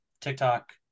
TikTok